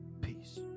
peace